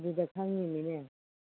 ꯑꯗꯨꯗ ꯈꯪꯏꯃꯤꯅꯦ